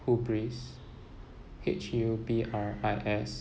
hubris H_U_B_R_I_S